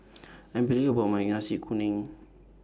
I'm particular about My Nasi Kuning